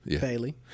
Bailey